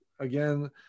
again